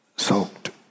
soaked